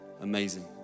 amazing